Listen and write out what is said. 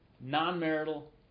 non-marital